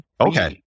Okay